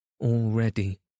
Already